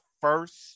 first